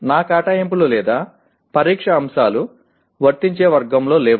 నా కేటాయింపులు లేదా పరీక్ష అంశాలు వర్తించే వర్గంలో లేవు